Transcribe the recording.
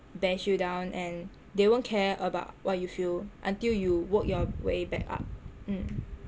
bash you down and they won't care about what you feel until you work your way back up mm